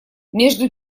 между